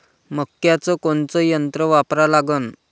मक्याचं कोनचं यंत्र वापरा लागन?